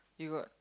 you got